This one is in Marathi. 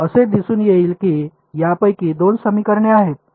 असे दिसून येईल की यापैकी दोन समीकरणे आहेत